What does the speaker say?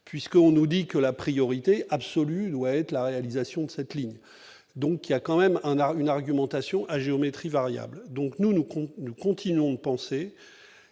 puisque on nous dit que la priorité absolue doit être la réalisation de cette ligne, donc il y a quand même un art, une argumentation à géométrie variable, donc nous nous comptons, nous